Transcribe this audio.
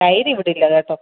തൈര് ഇവിടെയില്ല കേട്ടോ